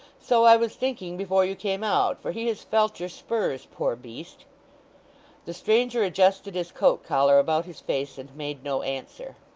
so i was thinking before you came out, for he has felt your spurs, poor beast the stranger adjusted his coat-collar about his face, and made no answer.